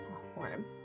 platform